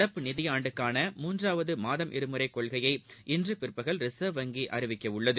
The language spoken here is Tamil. நடப்பு நிதியாண்டுக்கான மூன்றாவது மாதம் இருமுறை கொள்கையை இன்று பிற்பகல் ரிச்வ் வங்கி அறிவிக்கவுள்ளது